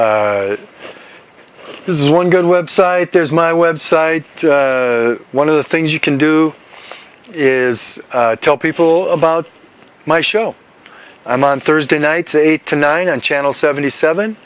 this is one good website there's my website one of the things you can do is tell people about my show i'm on thursday nights eight to nine and channel seventy seven